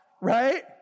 right